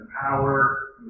power